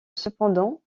cependant